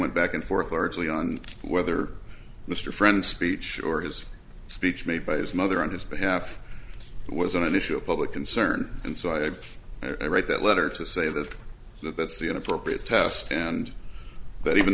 went back and forth largely on whether mr friend speech or his speech made by his mother on his behalf wasn't an issue of public concern and so i i write that letter to say that that that's the inappropriate test and that even